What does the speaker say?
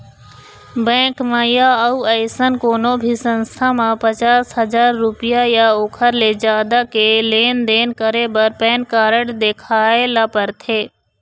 bank म य अउ अइसन कोनो भी संस्था म पचास हजाररूपिया य ओखर ले जादा के लेन देन करे बर पैन कारड देखाए ल परथे